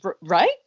right